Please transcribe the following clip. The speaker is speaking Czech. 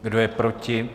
Kdo je proti?